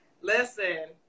listen